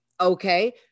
Okay